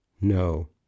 No